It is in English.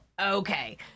okay